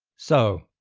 so,